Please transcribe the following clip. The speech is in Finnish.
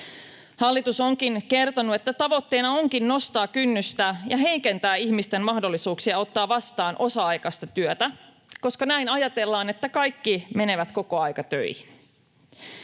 Hallitus onkin kertonut, että tavoitteena on nostaa kynnystä ja heikentää ihmisten mahdollisuuksia ottaa vastaan osa-aikaista työtä, koska näin ajatellaan, että kaikki menevät kokoaikatöihin.